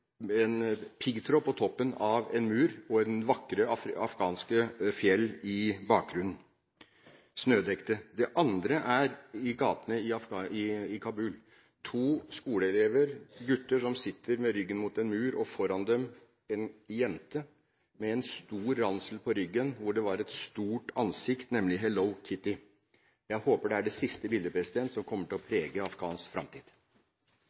en piggtråd på toppen av en mur og vakre afghanske, snødekte fjell i bakgrunnen. Det andre er fra gatene i Kabul: to skoleelever, gutter, som sitter med ryggen mot en mur og foran dem en jente med en stor ransel på ryggen med et stort ansikt på, nemlig Hello Kitty. Jeg håper det er det siste bildet som kommer til å prege Afghanistans framtid.